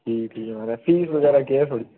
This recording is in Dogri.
ठीक ऐ ठीक ऐ माराज फीस बगैरा केह् ऐ थुआढ़ी